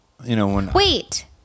Wait